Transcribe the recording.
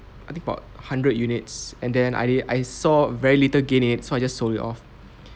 I think about a hundred units and then I didn't I saw very little gain in it so I just sold it off